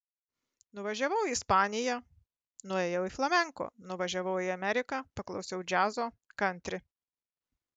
nuvažiavau į ispaniją nuėjau į flamenko nuvažiavau į ameriką paklausiau džiazo kantri